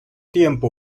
tiempo